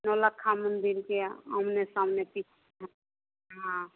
नौलक्खा मंदिर के आमने सामने किस हाँ